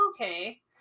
okay